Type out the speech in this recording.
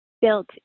built